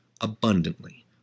abundantly